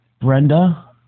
Brenda